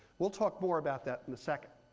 we'll talk more about that in a second.